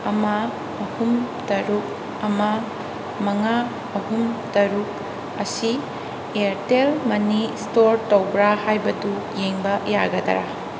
ꯑꯃ ꯑꯍꯨꯝ ꯇꯔꯨꯛ ꯑꯃ ꯃꯉꯥ ꯑꯍꯨꯝ ꯇꯔꯨꯛ ꯑꯁꯤ ꯏꯌꯥꯔꯇꯦꯜ ꯃꯅꯤ ꯁ꯭ꯇꯣꯔ ꯇꯧꯕ꯭ꯔꯥ ꯍꯥꯏꯕꯗꯨ ꯌꯦꯡꯕ ꯌꯥꯒꯗ꯭ꯔꯥ